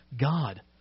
God